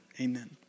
Amen